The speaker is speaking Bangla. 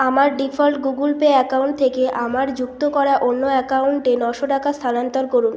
আমার ডিফল্ট গুগল পে অ্যাকাউন্ট থেকে আমার যুক্ত করা অন্য অ্যাকাউন্টে নশো টাকা স্থানান্তর করুন